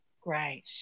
Great